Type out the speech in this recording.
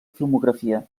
filmografia